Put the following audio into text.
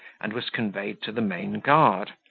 and was conveyed to the main guard,